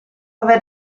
aver